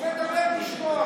הוא מדבר בשמו,